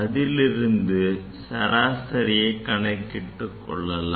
அதிலிருந்து சராசரியை கணக்கிட்டு கொள்ளலாம்